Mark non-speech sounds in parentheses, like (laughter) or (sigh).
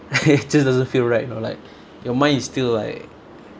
(laughs) just doesn't feel right you know like your mind is still like